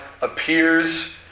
appears